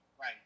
Right